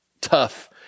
tough